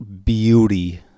beauty